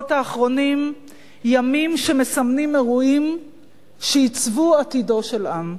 בשבועות האחרונים ימים שמסמנים אירועים שעיצבו עתידו של עם,